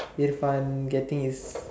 Irfan getting his